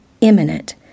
imminent